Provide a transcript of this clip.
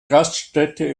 gaststätte